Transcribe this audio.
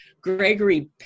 Gregory